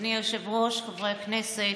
אדוני היושב-ראש, חברי הכנסת,